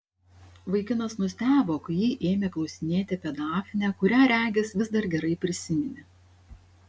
vaikinas nustebo kai ji ėmė klausinėti apie dafnę kurią regis vis dar gerai prisiminė